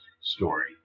story